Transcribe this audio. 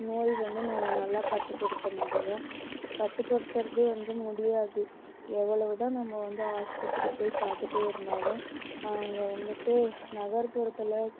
நோய் வந்து நம்ம நல்லா கட்டுப்படுத்த முடியும் கட்டுப்படுத்துவது வந்து முடியாது எவ்வளோவு தான் நம்ம வந்து ஆஸ்பத்திரி போய் பார்த்துட்டே இருந்தாலும் அவங்க வந்துட்டு நகர்ப்புறத்தில்